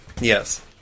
Yes